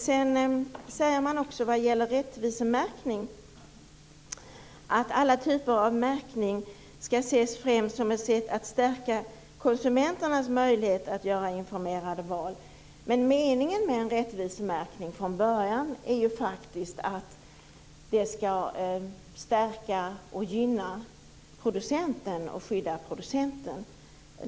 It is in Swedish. Socialdemokraterna säger också vad gäller rättvisemärkning att alla typer av märkning skall ses främst som ett sätt att stärka konsumenternas möjlighet att göra informerade val. Men meningen med en rättvisemärkning från början var faktiskt att stärka, gynna och skydda producenten.